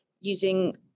using